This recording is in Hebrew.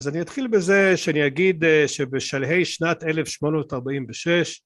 אז אני אתחיל בזה שאני אגיד שבשלהי שנת 1846